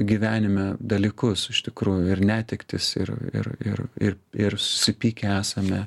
gyvenime dalykus iš tikrųjų ir netektis ir ir ir ir ir susipykę esame